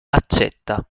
accetta